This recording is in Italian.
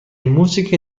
musiche